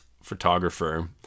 photographer